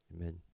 Amen